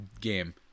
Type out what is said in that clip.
game